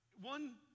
One